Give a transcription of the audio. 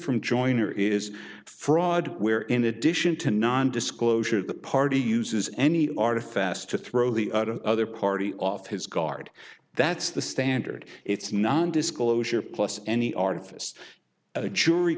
from joyner is fraud where in addition to non disclosure the party uses any artifacts to throw the other party off his guard that's the standard it's non disclosure plus any art